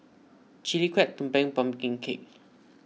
Chili Crab Tumpeng Pumpkin Cake